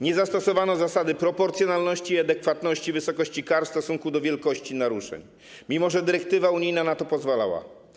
Nie zastosowano zasady proporcjonalności i adekwatności wysokości kar w stosunku do wielkości naruszeń, mimo że dyrektywa unijna na to pozwalała.